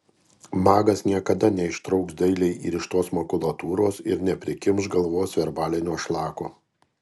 magas niekada neištrauks dailiai įrištos makulatūros ir neprikimš galvos verbalinio šlako